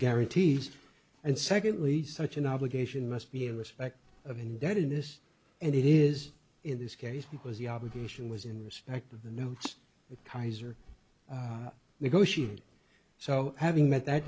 guarantees and secondly such an obligation must be in respect of indebtedness and it is in this case because the obligation was in respect of the notes kaiser negotiated so having met that